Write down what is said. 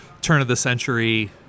turn-of-the-century